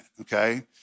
Okay